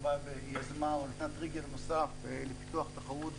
באה ויזמה או נתנה טריגר נוסף לפיתוח תחרות,